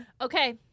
Okay